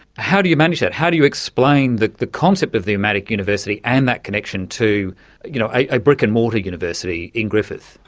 how do you manage that, how do you explain the the concept of the urmadic university and that connection to you know a brick and mortar university in griffith?